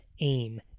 AIM